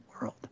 world